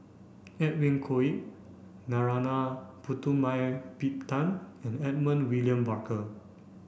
Edwin Koek Narana Putumaippittan and Edmund William Barker